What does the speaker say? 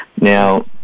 Now